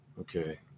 Okay